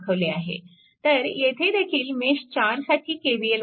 तर येथेदेखील मेश 4 साठी KVL वापरा